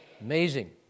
Amazing